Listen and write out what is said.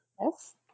Yes